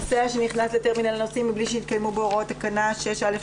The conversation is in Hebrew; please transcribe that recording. נוסע יוצא שנכנס לטרמינל הנוסעים מבלי שנתקיימו בו הוראות תקנה 6(א)(2).